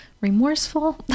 remorseful